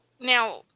Now